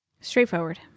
Straightforward